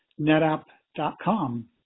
NetApp.com